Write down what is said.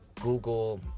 Google